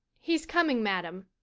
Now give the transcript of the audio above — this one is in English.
he's coming, madam,